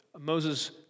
Moses